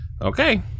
Okay